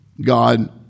God